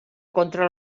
contra